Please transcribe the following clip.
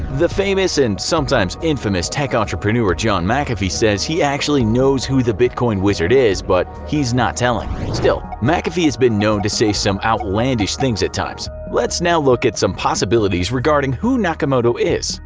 the famous and sometimes infamous tech entrepreneur john mcafee says he actually knows who the bitcoin wizard is, but he's not telling. still, mcafee has been known to say some outlandish things at times. let's now look at some possibilities regarding who nakamoto is.